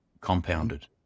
compounded